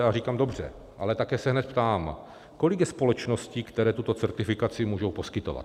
A říkám dobře, ale také se hned ptám: Kolik je společností, které tuto certifikaci můžou poskytovat?